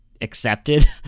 accepted